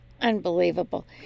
Unbelievable